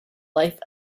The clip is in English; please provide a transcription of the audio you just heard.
life